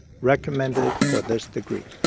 recommended for this degree.